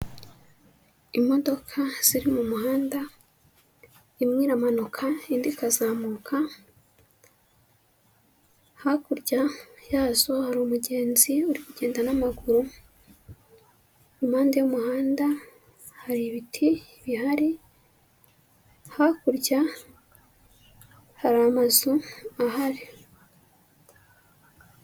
Imodoka ziri mu muhanda, imwe iramanuka indi ikazamuka, hakurya yazo hari umugenzi uri kugenda n'amaguru, impande y'umuhanda hari ibiti bihari, hakurya hari amazu ahari.